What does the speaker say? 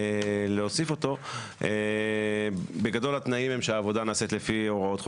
בגדול, התנאים הם שהעבודה נעשית לפי חוק החשמל,